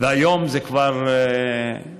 והיום זה לא הזמן,